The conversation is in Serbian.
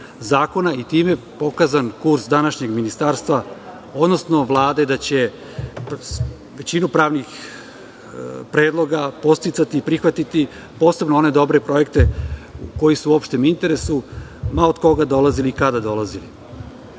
zakona i time pokazan kurs današnjeg ministarstva, odnosno Vlade da će većinu pravnih predloga podsticati i prihvatiti, posebno one dobre projekte koji su u opštem interesu, ma od koga dolazili i kada dolazili. Koliko